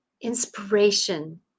inspiration